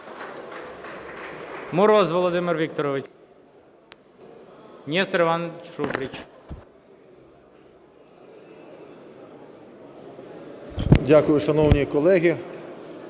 Дякую. Шановні колеги,